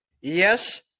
yes